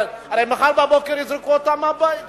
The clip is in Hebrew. הרי מחר בבוקר יזרקו אותם מהבית.